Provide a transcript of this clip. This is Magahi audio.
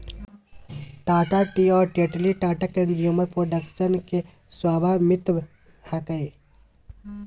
टाटा टी और टेटली टाटा कंज्यूमर प्रोडक्ट्स के स्वामित्व हकय